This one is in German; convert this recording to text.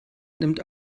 nimmt